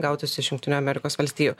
gautus iš jungtinių amerikos valstijų